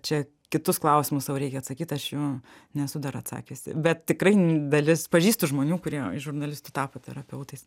čia kitus klausimus sau reikia atsakyt aš jų nesu dar atsakiusi bet tikrai dalis pažįstu žmonių kurie iš žurnalistų tapo terapeutais